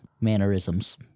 mannerisms